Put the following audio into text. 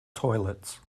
toilets